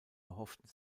erhofften